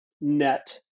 net